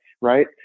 Right